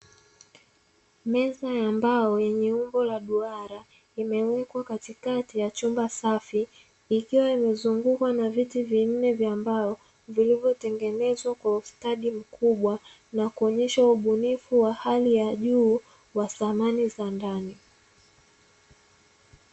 Meza ya mbao yenye umbo la duara, imewekwa katikati ya chumba safi; ikiwa imezungukwa na viti vinne vya mbao vilivyotengenezwa kwa ustadi mkubwa na kuonyesha ubunifu wa hali ya juu wa samani za ndani.